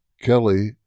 Kelly